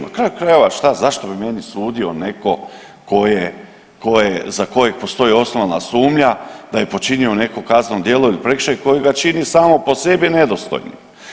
Na kraju krajeva, šta, zašto bi meni sudio netko tko je, za kojeg postoji osnovana sumnja da je počinio neko kazneno djelo ili prekršaj koje ga čini samo po sebi nedostojnim.